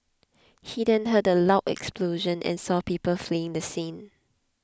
he then heard a loud explosion and saw people fleeing the scene